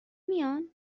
میان